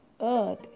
earth